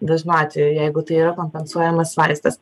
dažnu atveju jeigu tai yra kompensuojamas vaistas